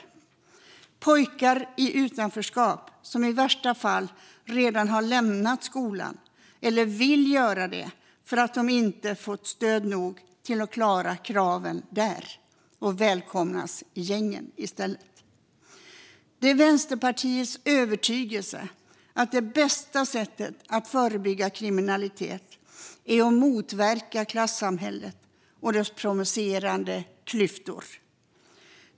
Det är pojkar i utanförskap som i värsta fall redan har lämnat skolan eller vill göra det för att de inte fått stöd nog för att klara kraven där. De välkomnas i stället i gängen. Det är Vänsterpartiets övertygelse att det bästa sättet att förebygga kriminalitet är att motverka klassamhället och dess provocerande klyftor.